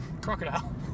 Crocodile